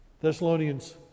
Thessalonians